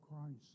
Christ